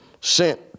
sent